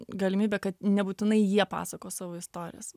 galimybė kad nebūtinai jie pasakos savo istorijas